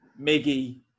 Miggy